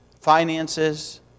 Finances